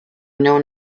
known